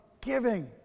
giving